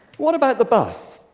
what about the bus?